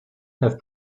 have